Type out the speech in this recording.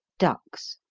ducks.